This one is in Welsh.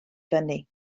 fyny